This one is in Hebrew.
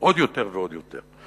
עוד יותר ועוד יותר.